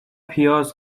پیاز